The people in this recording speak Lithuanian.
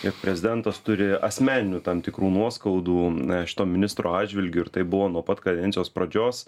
jog prezidentas turi asmeninių tam tikrų nuoskaudų na šito ministro atžvilgiu ir tai buvo nuo pat kadencijos pradžios